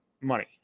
money